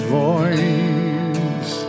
voice